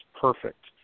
perfect